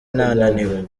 naniwe